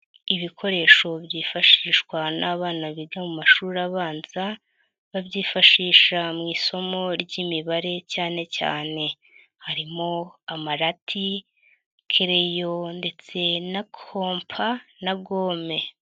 lbikoresho byifashishwa n'abana biga mu mashuri abanza, babyifashisha mu isomo ry'imibare cyane cyane harimo; amarati, kereyo ,ndetse na kopa, na gome.